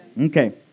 Okay